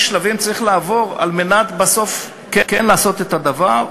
שלבים צריך לעבור כדי בסוף כן לעשות את הדבר,